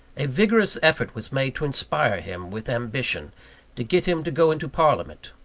a vigorous effort was made to inspire him with ambition to get him to go into parliament.